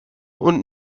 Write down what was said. und